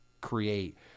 create